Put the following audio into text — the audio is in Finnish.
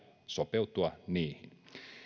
sopeutua niihin